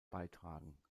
beitragen